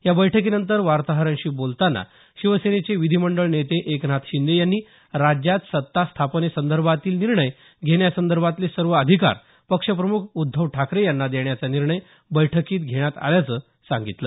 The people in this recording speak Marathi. या बैठकीनंतर वार्ताहरांशी बोलतांना शिवसेनेचे विधीमंडळ नेते एकनाथ शिंदे यांनी राज्यात सत्ता स्थापनेसंदर्भातील निर्णय घेण्यासंदर्भातले सर्व अधिकार पक्षप्रम्ख ठाकरे यांना देण्याचा निर्णय बैठकीत घेण्यात आल्याचं सांगितलं